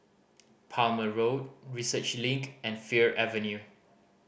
Palmer Road Research Link and Fir Avenue